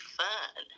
fun